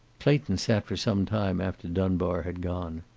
clayton sat for some time after dunbar had gone.